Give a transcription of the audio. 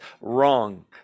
Wrong